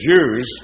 Jews